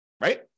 Right